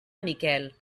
miquel